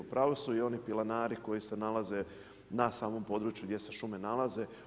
U pravo su i oni plinari koji se nalaze na samom području gdje se šume nalaze.